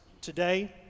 today